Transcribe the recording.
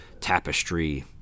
Tapestry